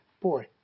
boy